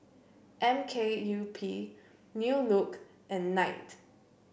M K U P New Look and Night